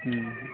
ହୁଁ